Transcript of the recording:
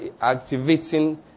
activating